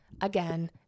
Again